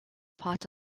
part